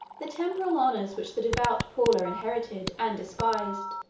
the temporal honors which the devout paula inherited and despised,